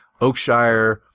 Oakshire